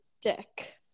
dick